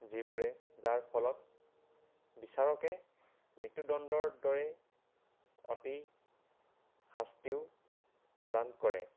যিবোৰে যাৰ ফলত বিচাৰকে মৃত্যুদণ্ডৰ দৰে অতি শাস্তিও প্ৰদান কৰে